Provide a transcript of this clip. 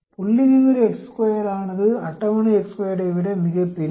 புள்ளிவிவர ஆனது அட்டவணை ஐ விட மிகப்பெரியது